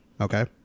Okay